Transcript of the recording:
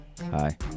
Hi